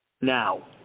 now